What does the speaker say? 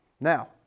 Now